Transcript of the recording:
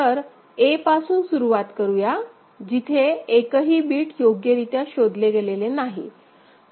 तर a पासून सुरुवात करुया जिथे एकही बिट योग्यरीत्या शोधले गेलेले नाही